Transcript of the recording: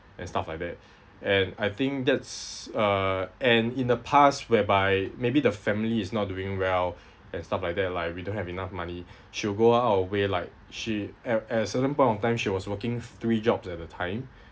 and stuff like that and I think that's uh and in the past whereby maybe the family is not doing well and stuff like that like we don't have enough money she'll go out of way like she at at a certain point of time she was working three jobs at a time